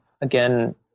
again